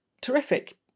terrific